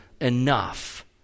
enough